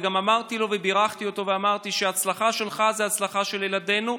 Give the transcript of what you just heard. וגם אמרתי לו ובירכתי אותו ואמרתי: ההצלחה שלך זה ההצלחה של ילדינו,